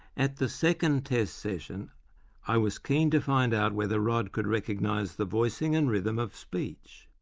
at the second test session i was keen to find out whether rod could recognise the voicing and rhythm of speech.